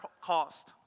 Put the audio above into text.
cost